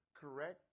correct